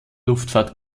luftfahrt